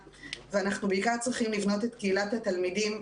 ואנחנו בעיקר צריכים לבנות את קהילת התלמידים,